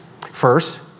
First